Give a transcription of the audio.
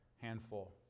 handful